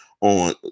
on